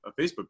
Facebook